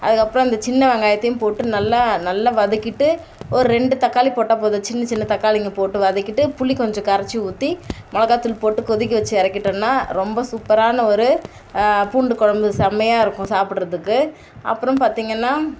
அதுக்கு அப்புறம் அந்த சின்ன வெங்காயத்தையும் போட்டு நல்லா நல்லா வதக்கிட்டு ஒரு ரெண்டு தக்காளி போட்டால் போதும் சின்ன சின்ன தக்காளிங்க போட்டு வதக்கிட்டு புளி கொஞ்சம் கரைச்சி ஊத்தி மிளகா தூள் போட்டு கொதிக்க வச்சி இறக்கிட்டோன்னா ரொம்ப சூப்பரான ஒரு பூண்டு குழம்பு செம்மையாக இருக்கும் சாப்புடுறதுக்கு அப்புறம் பார்த்தீங்கன்னா